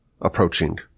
approaching